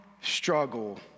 struggle